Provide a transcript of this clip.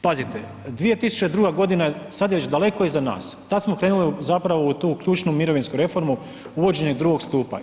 Pazite, 2002. godina sada je već daleko iza nas, tada smo krenuli zapravo u tu ključnu mirovinsku reformu uvođenje drugog stupa.